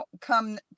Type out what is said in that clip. come